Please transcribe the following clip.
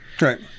Right